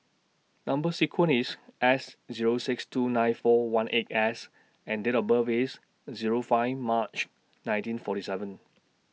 Number sequence IS S Zero six two nine four one eight S and Date of birth IS Zero five March nineteen forty seven